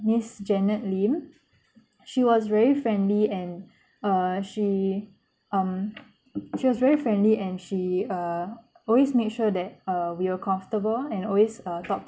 miss janet lim she was very friendly and err she um she was very friendly and she uh always make sure that uh we were comfortable and always err topped